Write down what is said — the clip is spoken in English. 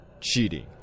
cheating